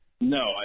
No